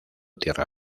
tierra